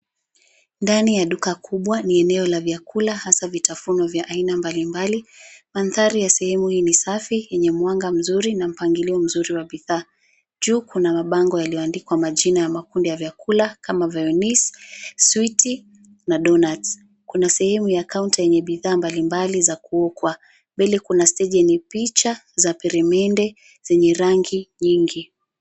Ndani ya duka kubwa ni eneo la vyakula hasa vitafuno vya aina mbalimbali. Mandhari ya sehemu hii ni safi, yenye mwanga mzuri na mpangilio mzuri wa bidhaa. Juu kuna mabango yaliyoandikwa majina ya makundi ya vyakula kama [csviennoise , switi na doughnuts . Kuna sehemu ya kaunta yenye bidhaa mbalimbali za kuokwa. Mbele kuna stage yenye picha za peremende zenye rangi nyingi.